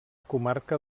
comarca